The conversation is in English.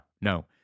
no